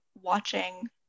watching